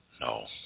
No